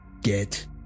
get